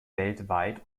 weltweit